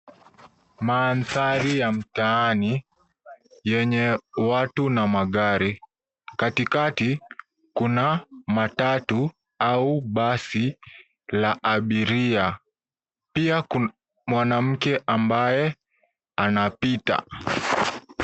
Mandhari ya mtaani yenye watu na magari. Katikati kuna matatu au basi la abiria. pia kuna mwanamke ambaye anapita.